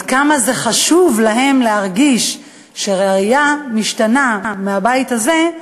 עד כמה חשוב להם להרגיש שהראייה משתנה מהבית הזה,